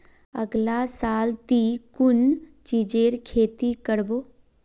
अगला साल ती कुन चीजेर खेती कर्बो